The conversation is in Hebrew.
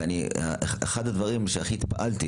אחד הדברים שהכי התפעלתי